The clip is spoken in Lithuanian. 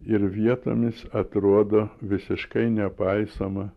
ir vietomis atrodo visiškai nepaisoma